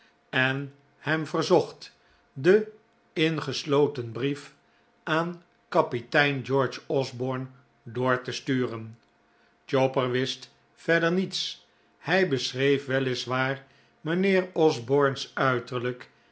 en hem verzocht den ingesloten brief aan kapitein george osborne door te sturen chopper wist verder niets hij beschreef weliswaar mijnheer osborne's uiterlijk